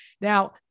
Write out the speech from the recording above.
Now